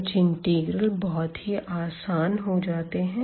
कुछ इंटीग्रल बहुत ही आसान हो जाते है